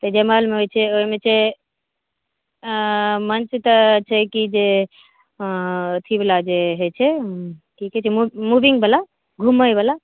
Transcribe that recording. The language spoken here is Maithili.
तऽ जयमालमे छै ओहिम छै मञ्च तऽ छै की जे अथीवला जे होइत छै की कहैत छै मूविङ्ग बला घूमैबला